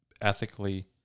ethically